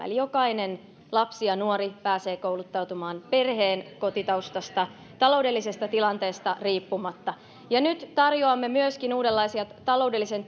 eli jokainen lapsi ja nuori pääsee kouluttautumaan kotitaustasta perheen taloudellisesta tilanteesta riippumatta nyt tarjoamme uudenlaisia taloudellisen